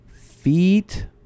feet